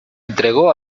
entregó